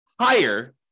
higher